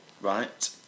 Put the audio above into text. right